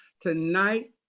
tonight